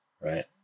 right